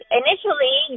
initially